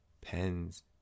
pens